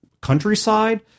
countryside